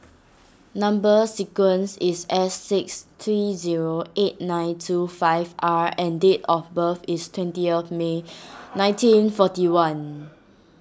Number Sequence is S six three zero eight nine two five R and date of birth is twenty of May nineteen forty one